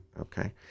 okay